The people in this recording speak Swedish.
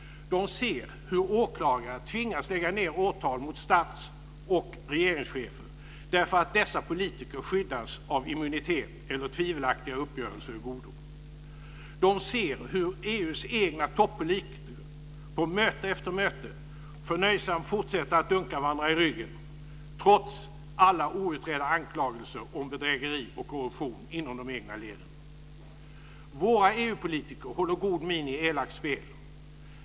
De ser hur åklagare tvingas lägga ned åtal mot stats och regeringschefer därför att dessa politiker skyddas av immunitet eller tvivelaktiga uppgörelser i godo. De ser hur EU:s egna toppolitiker på möte efter möte förnöjsamt fortsätter att dunka varandra i ryggen trots alla outredda anklagelser om bedrägeri och korruption inom de egna leden. Våra EU-politiker håller god min i elakt spel.